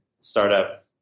startup